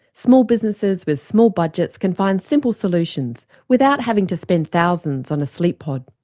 small businesses, with small budgets can find simple solutions without having to spend thousands on a sleep pod.